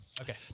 Okay